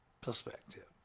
perspective